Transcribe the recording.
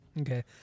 Okay